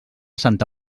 santa